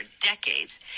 decades